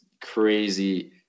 crazy